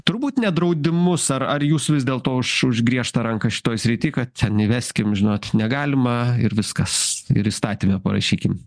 turbūt ne draudimus ar ar jūs vis dėlto už už griežtą ranką šitoj srity kad ten įveskim žinot negalima ir viskas ir įstatyme parašykim